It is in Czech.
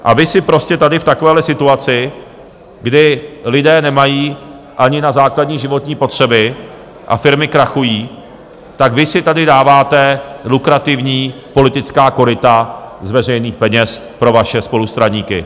A vy si prostě tady v takovéhle situaci, kdy lidé nemají ani na základní životní potřeby a firmy krachují, tak vy si tady dáváte lukrativní politická koryta z veřejných peněz pro vaše spolustraníky.